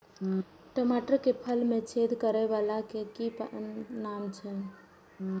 टमाटर के फल में छेद करै वाला के कि नाम छै?